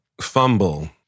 fumble